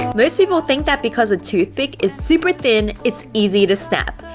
most people think that because a toothpick is super thin, it's easy to snap,